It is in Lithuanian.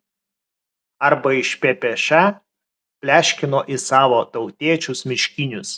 arba iš ppš pleškino į savo tautiečius miškinius